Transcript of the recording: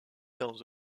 dans